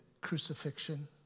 crucifixion